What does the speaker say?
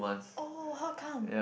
oh how come